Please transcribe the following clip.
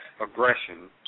aggression